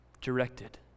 directed